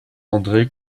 andré